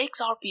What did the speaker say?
XRP